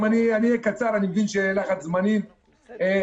אני לא אקח על עצמי אחריות שאני אעמוד מול